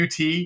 UT